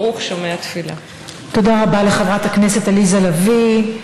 / ברוך שומע תפילה." תודה רבה לחברת הכנסת עליזה לביא.